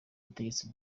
butegetsi